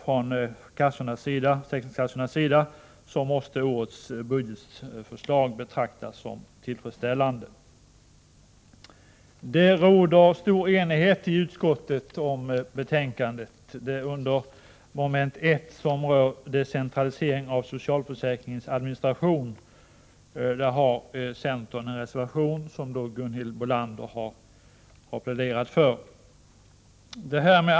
Från försäkringskassornas sida måste årets budgetförslag betraktas som tillfredsställande. Det råder stor enighet i utskottet om betänkandet. Under mom. 1, som rör decentralisering av socialförsäkringens administration, har dock centern en reservation, som Gunhild Bolander har pläderat för.